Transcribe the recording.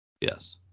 Yes